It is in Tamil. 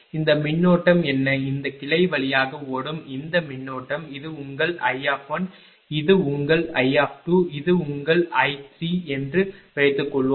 எனவே இந்த மின்னோட்டம் என்ன இந்த கிளை வழியாக ஓடும் இந்த மின்னோட்டம் இது உங்கள் I1 இது உங்கள் I2 இது உங்கள் I3 என்று வைத்துக்கொள்வோம்